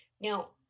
Now